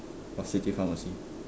of city pharmacy